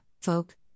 folk